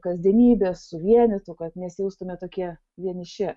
kasdienybės suvienytų kad nesijaustume tokie vieniši